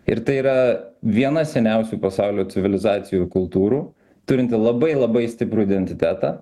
ir tai yra viena seniausių pasaulio civilizacijų kultūrų turinti labai labai stiprų identitetą